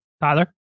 Tyler